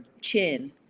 chin